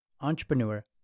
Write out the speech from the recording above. entrepreneur